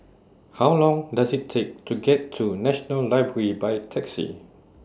How Long Does IT Take to get to National Library By Taxi